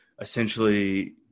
essentially